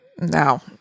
no